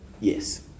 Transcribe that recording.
Yes